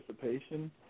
participation